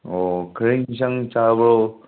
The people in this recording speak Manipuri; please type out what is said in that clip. ꯑꯣ ꯀꯔꯤ ꯌꯦꯟꯁꯥꯡ ꯆꯥꯕ꯭ꯔꯣ